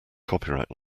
copyright